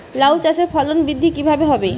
লাউ চাষের ফলন বৃদ্ধি কিভাবে হবে?